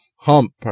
hump